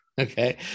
Okay